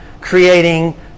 creating